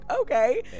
okay